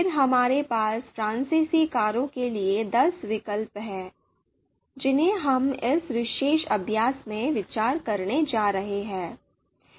फिर हमारे पास फ्रांसीसी कारों के लिए दस विकल्प हैं जिन्हें हम इस विशेष अभ्यास में विचार करने जा रहे हैं